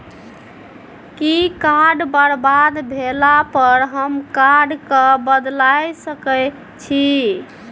कि कार्ड बरबाद भेला पर हम कार्ड केँ बदलाए सकै छी?